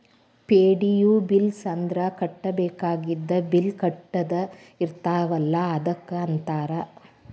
ಪೆ.ಡಿ.ಯು bills ಅಂದ್ರ ಕಟ್ಟಬೇಕಾಗಿದ್ದ bill ಕಟ್ಟದ ಇರ್ತಾವಲ ಅದಕ್ಕ ಅಂತಾರ